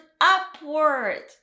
upward